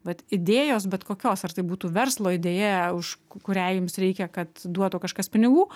vat idėjos bet kokios ar tai būtų verslo idėja už kurią jums reikia kad duotų kažkas pinigų